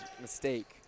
mistake